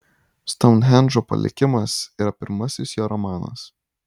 stounhendžo palikimas yra pirmasis jo romanas